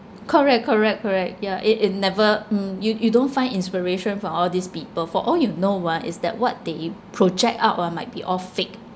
correct correct correct ya it it never mm you you don't find inspiration from all these people for all you know ah is that what they project out ah might be all fake